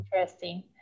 interesting